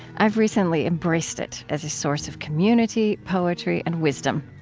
i've recently embraced it as a source of community, poetry, and wisdom.